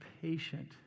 patient